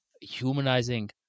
humanizing